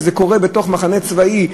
כשזה קורה בתוך מחנה צבאי,